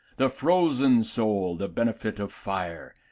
the frozen soul the benefit of fire,